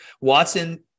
Watson